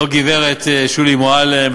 לא גברת שולי מועלם,